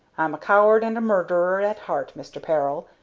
i'm a coward and a murderer at heart, mister peril,